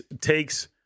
takes